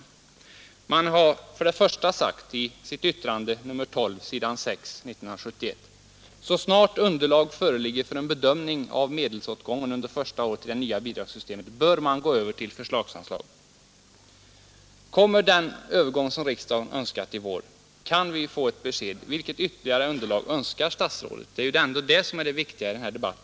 Utskottet sade för det första i sitt betänkande 1971:12 på sidan 6: ”Så snart underlag föreligger för en bedömning av medelsåtgången under det första året i det nya bidragssystemet bör man gå över till förslagsanslag.” Kommer denna övergång, som riksdagen önskat, till nästa år? Kan vi få ett besked om det? Vilket ytterligare underlag för ett uppfyllande härav önskar statsrådet Odhnoff?